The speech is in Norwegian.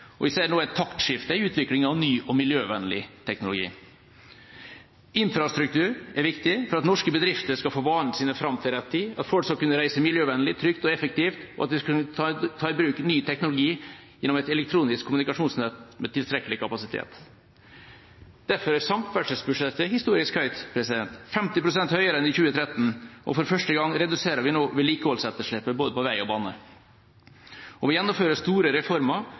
og vi ser nå et taktskifte i utviklingen av ny og miljøvennlig teknologi. Infrastruktur er viktig for at norske bedrifter skal få varene sine fram til rett tid, at folk skal kunne reise miljøvennlig, trygt og effektivt, og at de skal kunne ta i bruk ny teknologi gjennom et elektronisk kommunikasjonsnett med tilstrekkelig kapasitet. Derfor er samferdselsbudsjettet historisk høyt – 50 pst. høyere enn i 2013. For første gang reduserer vi nå vedlikeholdsetterslepet både på vei og bane, og vi gjennomfører store reformer